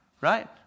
Right